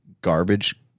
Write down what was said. garbage